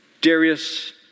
Darius